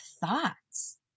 thoughts